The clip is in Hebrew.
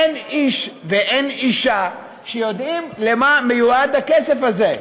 אין איש ואין אישה שיודעים למה מיועד הכסף הזה.